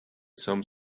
some